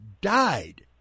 died